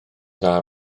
dda